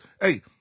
Hey